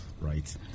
Right